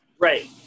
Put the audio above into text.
Right